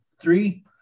three